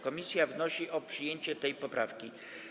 Komisja wnosi o przyjęcie tej poprawki.